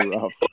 rough